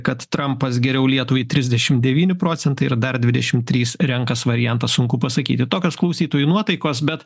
kad trampas geriau lietuvai trisdešimt devyni procentai ir dar dvidešimt trys renkas variantą sunku pasakyti tokios klausytojų nuotaikos bet